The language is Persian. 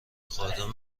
خاردار